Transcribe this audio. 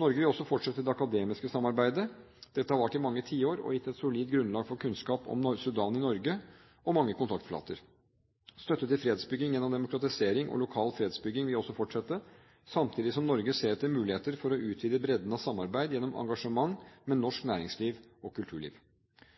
Norge vil også fortsette det akademiske samarbeidet. Dette har vart i mange tiår og gitt et solid grunnlag for kunnskap om Sudan i Norge og mange kontaktflater. Støtte til fredsbygging gjennom demobilisering og lokal fredsbygging vil også fortsette, samtidig som Norge ser etter muligheter for å utvide bredden av samarbeid gjennom engasjement med norsk næringsliv og kulturliv.